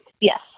Yes